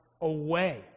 away